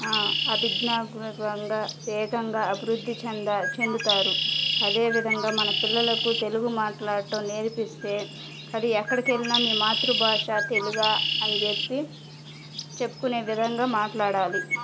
అభిజ్ఞా గుణకంగా వేగంగా అభివృద్ధి చెంద చెందుతారు అదేవిధంగా మన పిల్లలకు తెలుగు మాట్లాడటం నేర్పిస్తే అది ఎక్కడికెళ్ళినా మీ మాతృభాష తెలుగా అని చెప్పి చెప్పుకునే విధంగా మాట్లాడాలి